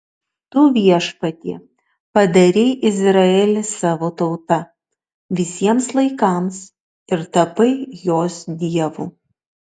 tu viešpatie padarei izraelį savo tauta visiems laikams ir tapai jos dievu